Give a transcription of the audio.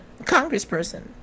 congressperson